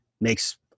makes